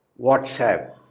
WhatsApp